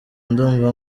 ndumva